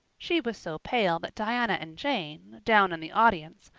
she was so pale that diana and jane, down in the audience,